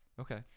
okay